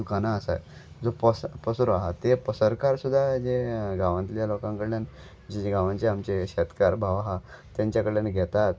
दुकानां आसा जो पस पसरो आसा ते पसरकार सुद्दा जे गांवांतल्या लोकां कडल्यान ज गांवांचे आमचे शेतकार भाव आसा तेंच्या कडल्यान घेतात